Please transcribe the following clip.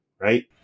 right